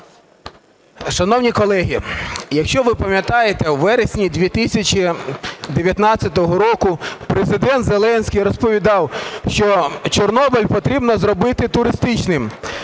Шановні колеги, якщо ви пам'ятаєте, у вересні 2019 року Президент Зеленський розповідав, що Чорнобиль потрібно зробити туристичним.